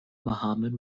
mohammad